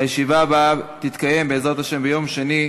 הישיבה הבאה תתקיים, בעזרת השם, ביום שני,